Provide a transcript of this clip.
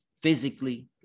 physically